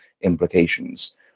implications